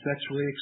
sexually